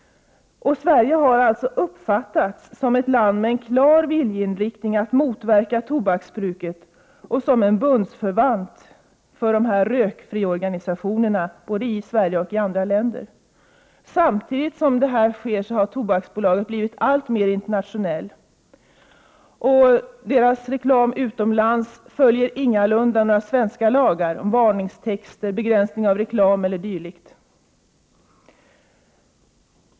Sverige har alltså uppfattats som ett land med en klar viljeinriktning att motverka tobaksbruket och som en bundsförvant till rökfriorganisationerna både i Sverige och i andra länder. Samtidigt som detta sker har Tobaksbolaget blivit alltmer internationellt, och dess reklam utomlands följer ingalunda några svenska lagar om varningstexter, begränsning av reklam e.d.